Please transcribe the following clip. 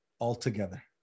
altogether